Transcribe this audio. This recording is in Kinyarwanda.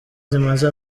zimaze